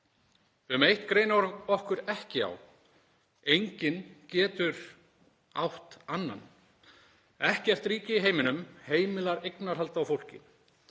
Um eitt greinir okkur ekki á: Enginn getur átt annan. Ekkert ríki í heiminum heimilar eignarhald á fólki.